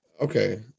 Okay